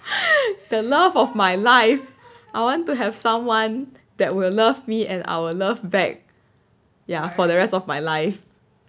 the love of my life I want to have someone that will love me and I'll love back ya for the rest of my life